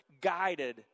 guided